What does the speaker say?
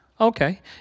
Okay